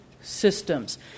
systems